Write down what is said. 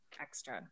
extra